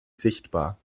sichtbar